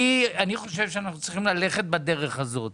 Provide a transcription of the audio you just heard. אני חושב שאנחנו צריכים ללכת בדרך הזאת,